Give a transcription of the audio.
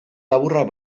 laburrak